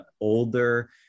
older